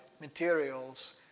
materials